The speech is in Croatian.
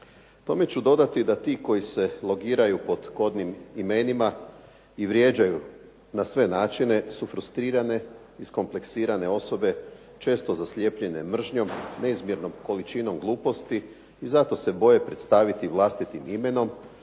Tome ću dodati da ti koji se logiraju pod kodnim imenima i vrijeđaju na sve načine su frustrirane, iskompleksirane osobe, često zaslijepljene mržnjom, neizmjernom količinom gluposti i zato se boje predstaviti vlastitim imenom